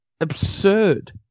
absurd